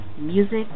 Music